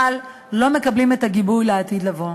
אבל לא מקבלים את הגיבוי לעתיד לבוא.